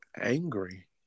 angry